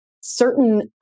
Certain